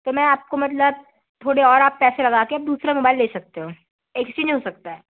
तो मैं आपको मतलब थोड़े और आप पैसे लगा के आप दूसरा मोबाइल ले सकते हो एक्सचेंग हो सकता है